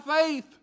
faith